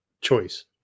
choice